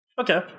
Okay